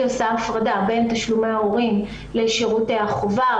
עושה הפרדה בין תשלומי ההורים לשירותי החובה,